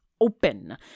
Open